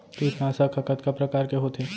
कीटनाशक ह कतका प्रकार के होथे?